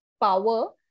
power